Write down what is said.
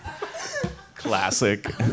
Classic